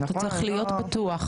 אתה צריך להיות בטוח.